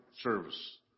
service